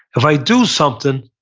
if i do something,